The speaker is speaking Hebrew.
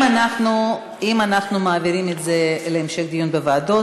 אם אנחנו מעבירים את זה להמשך דיון בוועדות,